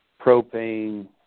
propane